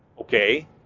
Okay